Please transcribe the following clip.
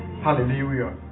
Hallelujah